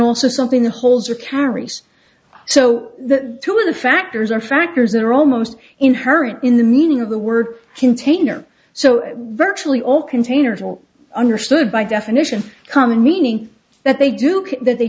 also something the holes are carries so the two of the factors are factors that are almost inherent in the meaning of the word container so virtually all containers will understood by definition coming meaning that they do that they